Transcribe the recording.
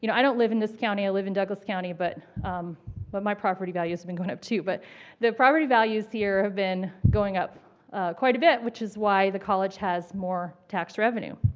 you know i don't live in this county, i live in douglas county, but but my property value has been going up, too. but the property values here have been going up quite a bit, which is why the college has more tax revenue.